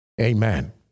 Amen